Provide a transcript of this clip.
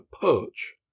Perch